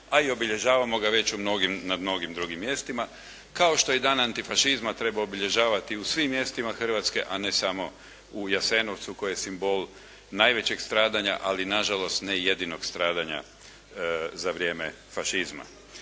a i obilježavamo ga već u mnogim, na mnogim drugim mjestima. Kao što i Dan antifašizma treba obilježavati u svim mjestima Hrvatske a ne samo u Jasenovcu koji je simbol najvećeg stradanja ali nažalost ne jedinog stradanja za vrijeme fašizma.